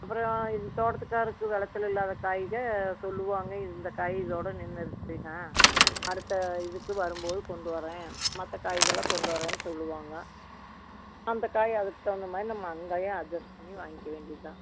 அப்புறோம் இது தோட்டத்துக்காருக்கு விளச்சல் இல்லாத காய்க சொல்லுவாங்க இந்த காய் இதோட நின்றுருச்சிங்க அடுத்த இதுக்கு வரும்போது கொண்டு வரேன் மற்ற காய்கள் எல்லாம் கொண்டு வரேன் சொல்லுவாங்க அந்த காயை அதுக் தகுந்த மாதிரி நம்ம அங்கையே அஜ்ஜஸ் பண்ணி வாய்ங்க்க வேண்டியதுதான்